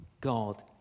God